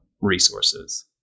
resources